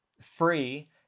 free